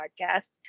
podcast